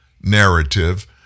narrative